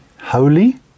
holy